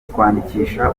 kwandikisha